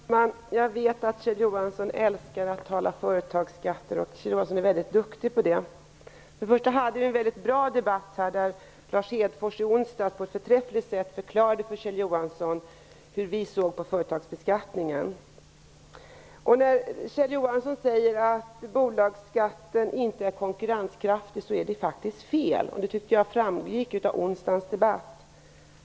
Herr talman! Jag vet att Kjell Johansson älskar att tala om företagsskatter. Han är mycket duktig på det. Det var en bra debatt i onsdags. Då förklarade Lars Hedfors på ett förträffligt sätt för Kjell Johansson hur vi såg på företagsbeskattningen. Kjell Johansson säger att bolagsskatten inte är konkurrenskraftig. Det är faktist fel. Jag tyckte att det framgick av onsdagens debatt.